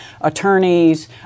attorneys